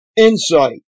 Insight